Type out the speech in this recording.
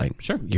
sure